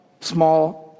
small